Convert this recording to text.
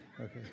Okay